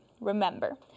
Remember